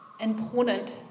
important